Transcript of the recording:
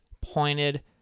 pointed